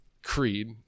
Creed